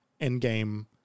endgame